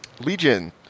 Legion